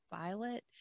Violet